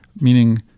Meaning